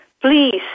please